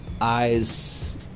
eyes